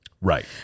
right